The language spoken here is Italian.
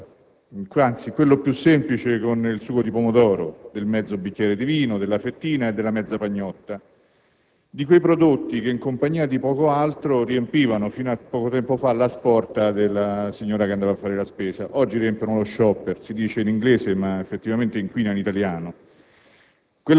ma parliamo del piatto di pasta, quello più semplice con il sugo di pomodoro, del mezzo bicchiere di vino, della fettina di carne e della mezza pagnotta, cioè di quei prodotti che, in compagnia di poco altro, riempivano, fino a poco tempo fa, la sporta della signora che andava a fare la spesa; oggi riempiono lo *shopper*, un termine inglese che sta ad indicare quella